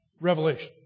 revelation